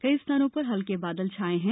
कई स्थानों पर हल्के बादल छाए हैं